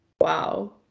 wow